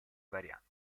varianti